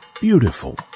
beautiful